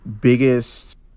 biggest